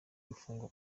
gufungwa